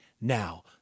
now